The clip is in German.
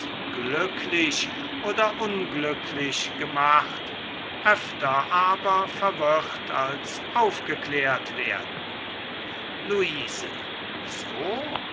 glücklich oder unglücklich gemacht öfter aber verwirrt als aufgeklärt werden luise so